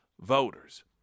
voters